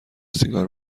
سیگار